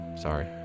Sorry